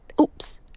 Oops